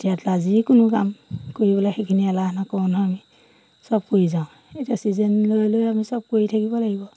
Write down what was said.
এতিয়াতো যিকোনো কাম কৰিবলৈ সেইখিনি এলাহ নকৰোঁ নহয় আমি সব কৰি যাওঁ এতিয়া চিজন লৈ লৈ আমি সব কৰি থাকিব লাগিব